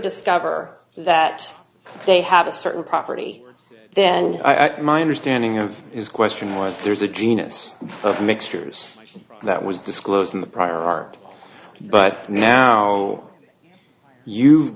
discover that they have a certain property then i got my understanding of his question was there's a genus of mixtures that was disclosed in the prior art but now you've